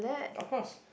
of course